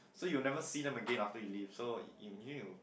so you never see them again after you leave so imagine you